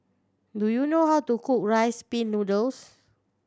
do you know how to cook Rice Pin Noodles